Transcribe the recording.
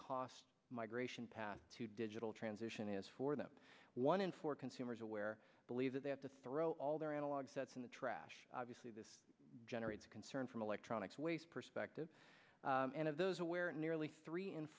cost migration path to digital transition is for them one in four consumers aware believe that they have to throw all their analog sets in the trash obviously this generates concern from electronics waste perspective and of those where nearly three